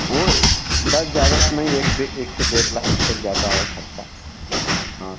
वह यह बस ज़्यादा नहीं एक डे एक से डेढ़ लाख तक जाता है खर्चा हँ